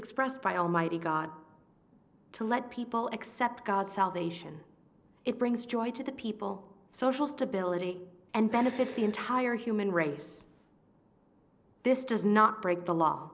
expressed by almighty god to let people accept god's salvation it brings joy to the people social stability and benefits the entire human race this does not break the law